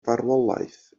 farwolaeth